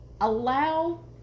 allow